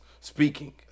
speaking